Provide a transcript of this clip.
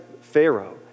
Pharaoh